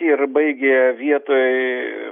ir baigė vietoj